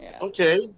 Okay